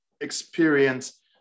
experience